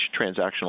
transactional